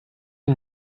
une